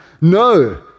No